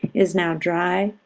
is now dry.